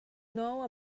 know